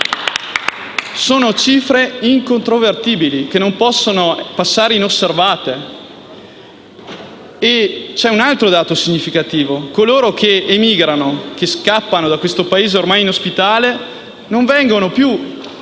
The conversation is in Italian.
Sono cifre incontrovertibili, che non possono passare inosservate. Ma c'è un altro dato significativo. Coloro che emigrano, che scappano da questo Paese ormai inospitale, non vengono più